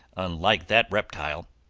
unlike that reptile,